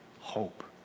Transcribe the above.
hope